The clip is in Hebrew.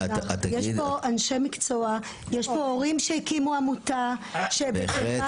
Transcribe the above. יש פה אנשי מקצוע, ויש פה הורים שהקימו עמותה.